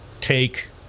take